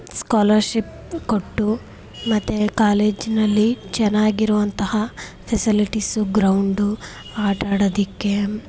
scholarship ಕೊಟ್ಟು ಮತ್ತು ಕಾಲೇಜಿನಲ್ಲಿ ಚೆನ್ನಾಗಿರುವಂತಹ ಫೆಸಿಲಿಟೀಸು ಗ್ರೌಂಡು ಆಟಾಡೋದಿಕ್ಕೆ